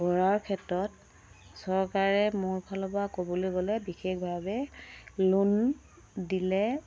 কৰাৰ ক্ষেত্ৰত চৰকাৰে মোৰ ফালৰপৰা ক'বলৈ গ'লে বিশেষভাৱে লোন দিলে